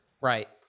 right